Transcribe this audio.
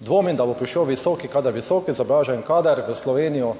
Dvomim, da bo prišel. Visoki kader. Visoko izobražen kader. V Slovenijo,